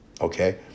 Okay